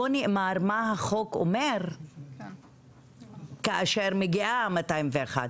לא נאמר מה החוק אומר כאשר מגיעה ה-201?